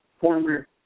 former